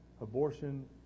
abortion